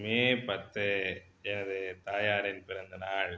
மே பத்து எனது தாயாரின் பிறந்தநாள்